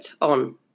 on